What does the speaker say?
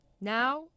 Now